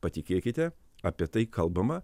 patikėkite apie tai kalbama